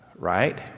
right